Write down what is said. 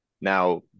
Now